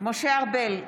משה ארבל,